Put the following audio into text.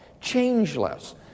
changeless